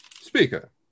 Speaker